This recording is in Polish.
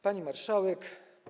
Pani Marszałek!